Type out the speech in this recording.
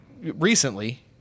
recently